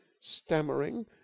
stammering